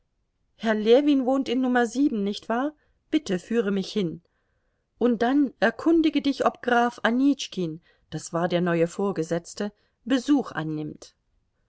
herr ljewin wohnt in nummer sieben nicht wahr bitte führe mich hin und dann erkundige dich ob graf anitschkin das war der neue vorgesetzte besuch annimmt